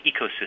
ecosystem